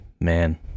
man